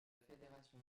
fédération